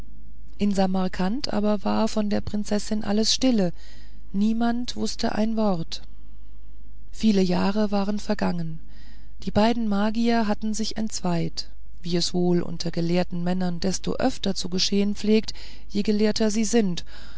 in samarkand war aber von der prinzessin alles stille niemand wußte ein wort viele jahre waren vergangen die beiden magier hatten sich entzweit wie es wohl unter gelehrten männern desto öfter zu geschehen pflegt je gelehrter sie sind